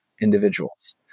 individuals